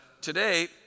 today